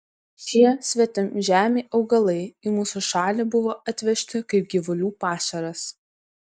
šie svetimžemiai augalai į mūsų šalį buvo atvežti kaip gyvulių pašaras